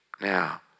now